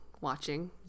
watching